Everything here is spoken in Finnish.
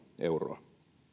euroa ja